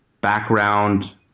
background